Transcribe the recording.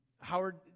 Howard